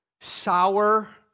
sour